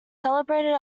celebrated